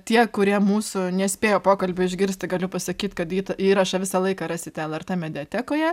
tie kurie mūsų nespėjo pokalbio išgirsti galiu pasakyt kad įt įrašą visą laiką rasite lrt mediatekoje